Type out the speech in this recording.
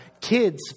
kids